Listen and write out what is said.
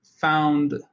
found